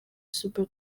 super